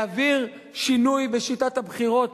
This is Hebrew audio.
להעביר שינוי בשיטת הבחירות,